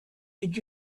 did